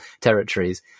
territories